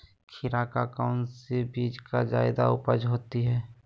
खीरा का कौन सी बीज का जयादा उपज होती है?